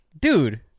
Dude